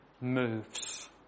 moves